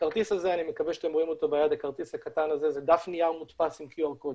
הכרטיס הקטן הזה זה דף נייר מודפס עם QR code,